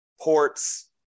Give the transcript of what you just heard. ports